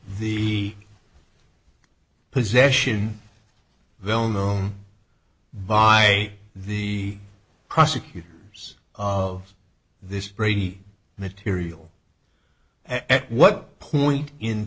the possession of well known by the prosecutors of this brady material at what point in